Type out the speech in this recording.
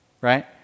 right